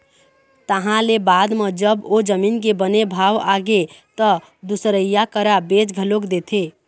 तहाँ ले बाद म जब ओ जमीन के बने भाव आगे त दुसरइया करा बेच घलोक देथे